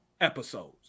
episodes